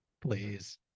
Please